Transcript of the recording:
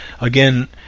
again